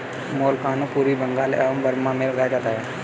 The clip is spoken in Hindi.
मैलाकोना पूर्वी बंगाल एवं बर्मा में उगाया जाता है